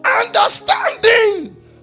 Understanding